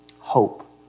hope